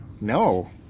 No